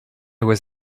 was